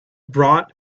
brought